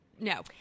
No